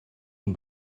cyn